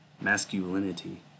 masculinity